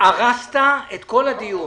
הרסת את כל הדיון.